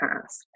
past